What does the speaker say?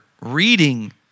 reading